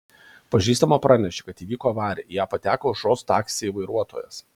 pažįstama pranešė kad įvyko avarija į ją pateko aušros taksiai vairuotojas